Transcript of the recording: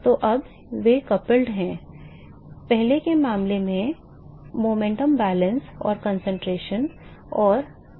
तो अब वे युग्मित हैं पहले के मामले में गति संतुलन और concentration और तापमान समीकरण de coupled थे